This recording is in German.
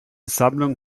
sammlung